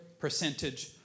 percentage